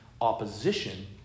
opposition